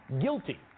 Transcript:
guilty